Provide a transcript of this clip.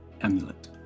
amulet